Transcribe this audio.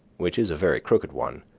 which is a very crooked one,